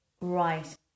Right